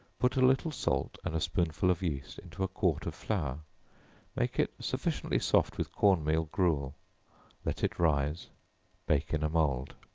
put a little salt, and a spoonful of yeast, into a quart of flour make it sufficiently soft with corn meal gruel let it rise bake in a mould.